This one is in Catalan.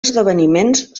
esdeveniments